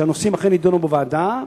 שהנושאים אכן יידונו בוועדה,